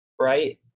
right